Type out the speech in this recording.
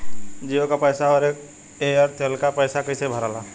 जीओ का पैसा और एयर तेलका पैसा कैसे भराला?